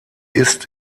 ist